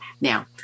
Now